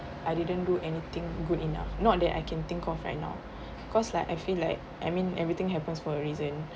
I didn't do anything good enough not that I can think of right now cause like I feel like I mean everything happens for a reason